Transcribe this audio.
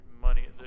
money